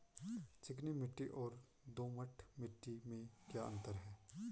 चिकनी मिट्टी और दोमट मिट्टी में क्या अंतर है?